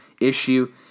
issue